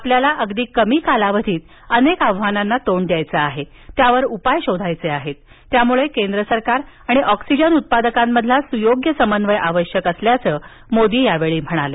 आपल्याला अगदी कमी कालावधीत अनेक आव्हानांना तोंड द्यायचं आहे त्यावर उपाय शोधायचे आहेत त्यामुळे केंद्र सरकार आणिऑक्सिजन उत्पादकां मधला सुयोग्य समन्वय आवश्यक असल्याचं मोदी म्हणाले